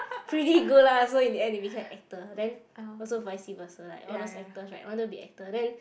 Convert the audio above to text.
pretty good lah so in the end they became actor then also vice versa like all those actors right wanted to be actor then